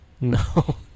No